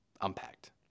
Unpacked